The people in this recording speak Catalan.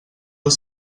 els